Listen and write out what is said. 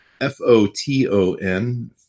F-O-T-O-N